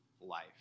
life